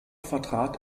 vertrat